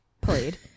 played